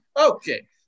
Okay